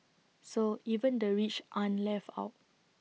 so even the rich aren't left out